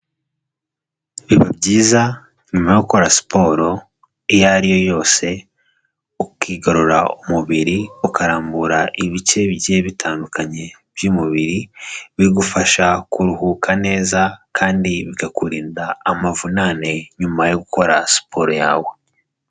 Biba byiza nyuma yo gukora siporo iyo ariyo yose, ukigorora umubiri, ukarambura ibice bigiye bitandukanye by'umubiri, bigufasha kuruhuka neza kandi bikakurinda amavunane nyuma yo gukora siporo yawe.